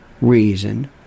reason